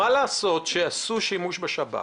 אורנה, עשו שימוש בשב"כ